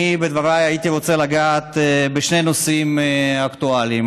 אני בדבריי הייתי רוצה לגעת בשני נושאים אקטואליים: